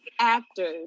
actors